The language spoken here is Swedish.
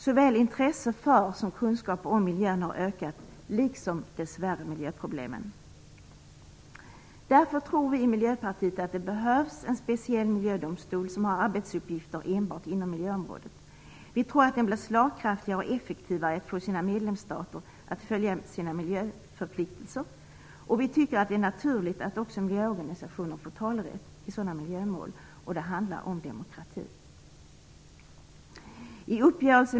Såväl intresset för som kunskap om miljön har ökat liksom dess värre miljöproblemen. Därför tror vi i Miljöpartiet att det behövs en speciell miljödomstol som har arbetsuppgifter enbart inom miljöområdet. En sådan domstol blir slagkraftigare och effektivare när det gäller att få medlemsstaterna att uppfylla sina miljöförpliktelser. Vi tycker att det är naturligt att också miljöorganisationer får talerätt i miljömål. Det handlar om demokrati.